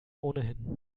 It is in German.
ohnehin